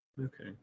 Okay